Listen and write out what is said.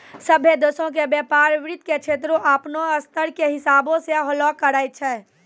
सभ्भे देशो के व्यपार वित्त के क्षेत्रो अपनो स्तर के हिसाबो से होलो करै छै